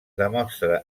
demostra